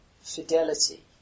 fidelity